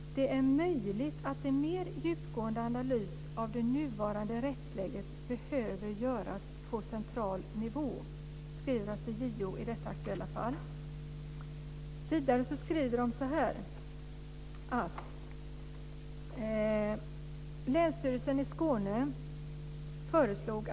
Det är möjligt att en mer djupgående analys av det nuvarande rättsläget behöver göras på central nivå. " Det skriver alltså JO i detta aktuella fall. Vidare skriver man: "Länsstyrelsen i Skåne . föreslog .